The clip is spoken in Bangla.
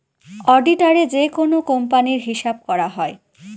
অডিটারে যেকোনো কোম্পানির হিসাব করা হয়